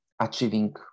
achieving